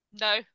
No